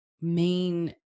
main